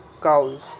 cows